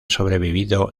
sobrevivido